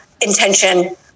intention